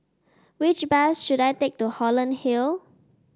which bus should I take to Holland Hill